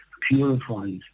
purifies